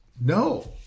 No